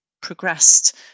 progressed